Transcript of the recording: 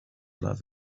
love